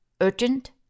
urgent